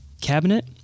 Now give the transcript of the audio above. cabinet